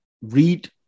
read